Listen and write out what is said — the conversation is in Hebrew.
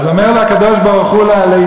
אז אומר לו הקדוש-ברוך-הוא ליצחק: